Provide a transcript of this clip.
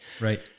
right